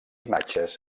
imatges